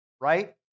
right